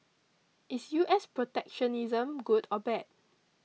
is U S protectionism good or bad